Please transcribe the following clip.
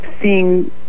seeing